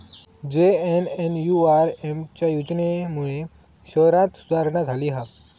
JNNURM च्या योजनेमुळे शहरांत सुधारणा झाली हा